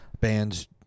bands